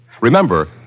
Remember